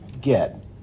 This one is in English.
get